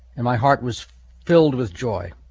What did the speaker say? and my heart was filled with joy.